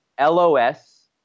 LOS